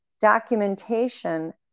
documentation